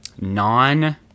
non